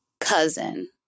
cousin